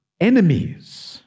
enemies